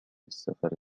السفر